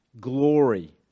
glory